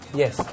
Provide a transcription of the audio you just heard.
yes